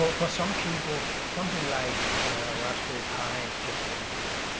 but for some people, something like raspberry pi is just wonderful.